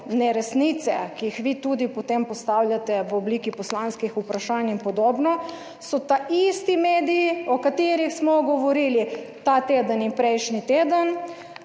neresnice, ki jih vi tudi potem postavljate v obliki poslanskih vprašanj in podobno, so ta isti mediji o katerih smo govorili ta teden in prejšnji teden